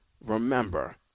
remember